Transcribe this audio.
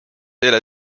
eile